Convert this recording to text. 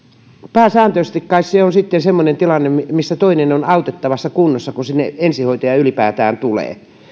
pääsääntöisesti kai se on sitten semmoinen tilanne missä toinen on autettavassa kunnossa kun sinne ensihoitaja ylipäätään tulee